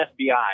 fbi